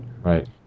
right